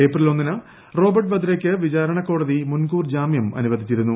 April ഒന്നിന് Robert വദ്രയ്ക്ക് വിചാരണ കോടതി മുൻകൂർ ജാമ്യം അനുവദിച്ചിരുന്നു